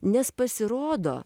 nes pasirodo